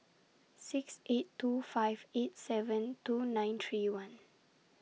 six eight two five eight seven two nine three one